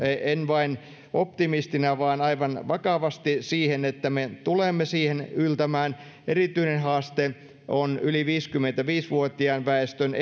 en vain optimistina vaan aivan vakavasti että me tulemme siihen yltämään erityinen haaste on yli viisikymmentäviisi vuotiaan väestön